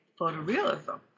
photorealism